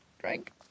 Drink